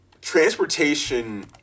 transportation